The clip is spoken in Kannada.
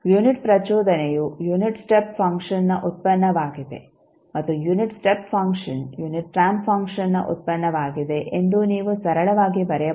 ಯುನಿಟ್ ಪ್ರಚೋದನೆಯು ಯುನಿಟ್ ಸ್ಟೆಪ್ ಫಂಕ್ಷನ್ನ ಉತ್ಪನ್ನವಾಗಿದೆ ಮತ್ತು unit step function unit ramp ಫಂಕ್ಷನ್ನ ಉತ್ಪನ್ನವಾಗಿದೆ ಎಂದು ನೀವು ಸರಳವಾಗಿ ಬರೆಯಬಹುದು